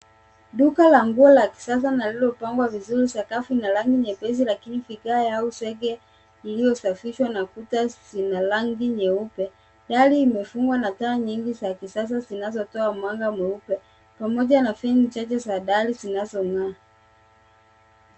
Duka la nguo la kisasa na lililo pangwa vizuri, sakafu ina rangi nyepesi lakini viage au zege iliyosafishwa na kuta zina rangi nyeupe. Dari imefungwa na taa nyingi za kisasa zinazotoa mwanga mweupe pamoja na taa chache za dari zinazong'aa.